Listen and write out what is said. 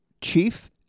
Chief